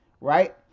right